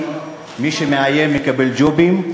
מי שמאיים, מקבל תפקיד, מי שמאיים, מקבל ג'ובים,